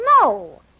No